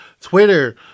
Twitter